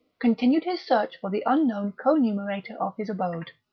continued his search for the unknown co-numerator of his abode.